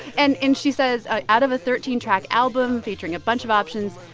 and and she says, ah out of a thirteen track album featuring a bunch of options,